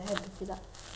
you know